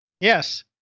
Yes